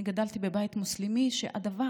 אני גדלתי בבית מוסלמי שהדבר